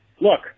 Look